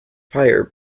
fire